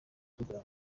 kugira